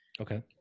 Okay